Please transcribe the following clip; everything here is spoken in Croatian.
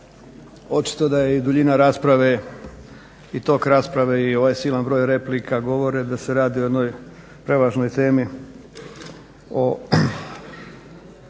Očito je da je i duljina i tok rasprave i ovaj silan broj replika govore da se radi o jednoj prevažnoj temi